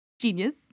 Genius